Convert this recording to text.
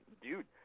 dude